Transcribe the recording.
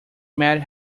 met